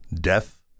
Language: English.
Death